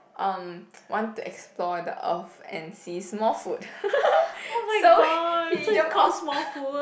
um want to explore the Earth and see Smallfoot so he jump off